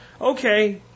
Okay